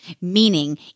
Meaning